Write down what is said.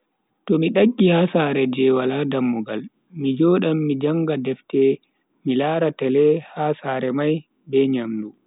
Ta mi daggi ha sare je wala dammugal, mi jodan mi janga defte mi lara tele ha sare mai be nyamdu.